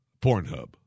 Pornhub